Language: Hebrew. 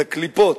את הקליפות,